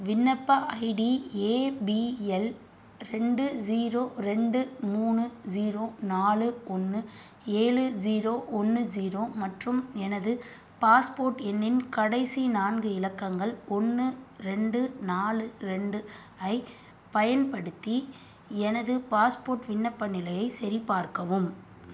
விண்ணப்ப ID APL ரெண்டு zero ரெண்டு மூணு ஜீரோ நாலு ஒன்று ஏழு ஜீரோ ஒன்று ஜீரோ மற்றும் எனது பாஸ்போர்ட் எண்ணின் கடைசி நான்கு இலக்கங்கள் ஒன்று ரெண்டு நாலு ரெண்டு ஐ பயன்படுத்தி எனது பாஸ்போர்ட் விண்ணப்ப நிலையை சரி பார்க்கவும்